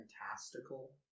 fantastical